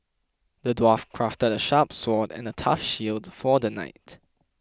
the dwarf crafted a sharp sword and a tough shield for the knight